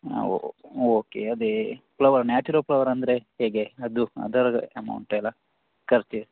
ಹಾಂ ಓಕೆ ಅದೇ flower natural flower ಅಂದರೆ ಹೇಗೆ ಅದು ಅದರದ್ದು ಅಮೌಂಟ್ ಎಲ್ಲ ಖರ್ಚು